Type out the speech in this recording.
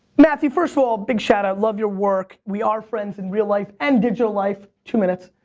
matthew, first of all, big shout out, love your work, we are friends in real life, and digital life, two minutes.